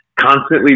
Constantly